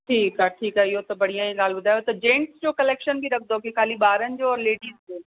ठीकु आहे ठीकु आहे इहो त बढ़िया ई ॻाल्हि ॿुधायो त जैंट्स जो कलैक्शन बि रखंदा कि खाली ॿारनि जो और लेडिस जो